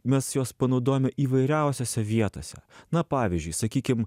mes juos panaudojame įvairiausiose vietose na pavyzdžiui sakykim